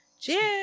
Cheers